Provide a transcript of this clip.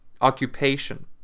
occupation